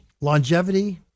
longevity